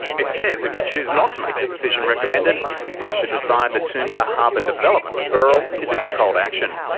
it says if you choose not to make the decision recommended that you should decide that the toondah harbour development referral is a controlled action,